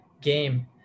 game